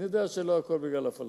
אני יודע שלא הכול בגלל הפלסטינים,